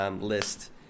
list